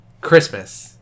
Christmas